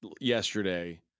yesterday